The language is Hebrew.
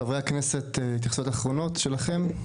חברי הכנסת, התייחסויות אחרונות שלכם?